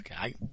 Okay